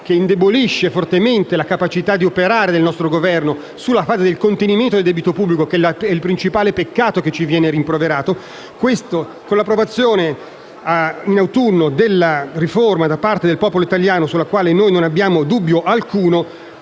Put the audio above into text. - indeboliscono fortemente la capacità di operare del nostro Governo, nella fase di contenimento del debito pubblico, che è il principale peccato che ci viene rimproverato. Con l'approvazione della riforma in autunno da parte del popolo italiano, sulla quale non abbiamo dubbio alcuno,